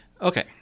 Okay